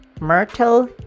myrtle